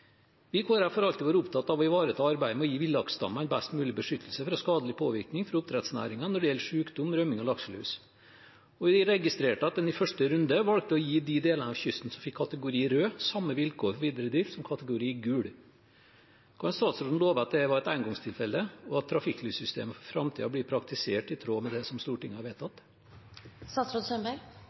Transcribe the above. i Kristelig Folkeparti har alltid vært opptatt av å ivareta arbeidet med å gi villaksstammene best mulig beskyttelse fra skadelig påvirkning fra oppdrettsnæringen når det gjelder sykdom, rømning og lakselus. Vi registrerte at en i første runde valgte å gi de delene av kysten som fikk kategori rød, samme vilkår for videre drift som kategori gul. Kan statsråden love at det var et engangstilfelle, og at trafikklyssystemet for framtiden blir praktisert i tråd med det som Stortinget har